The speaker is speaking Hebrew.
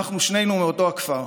אנחנו שנינו מאותו הכפר.